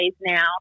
now